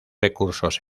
recursos